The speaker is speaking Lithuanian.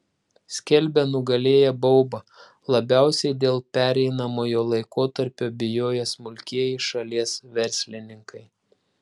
skelbia nugalėję baubą labiausiai dėl pereinamojo laikotarpio bijoję smulkieji šalies verslininkai